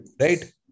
Right